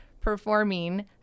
performing